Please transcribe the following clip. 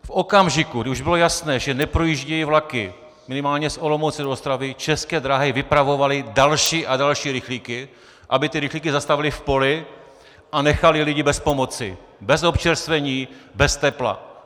V okamžiku, kdy už bylo jasné, že neprojíždějí vlaky minimálně z Olomouce do Ostravy, České dráhy vypravovaly další a další rychlíky, aby ty rychlíky zastavily, v poli a nechaly lidi bez pomoci, bez občerstvení, bez tepla.